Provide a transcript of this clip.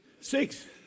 Six